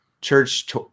church